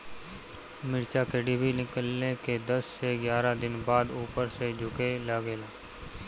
मिरचा क डिभी निकलले के दस से एग्यारह दिन बाद उपर से झुके लागेला?